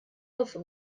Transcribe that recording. other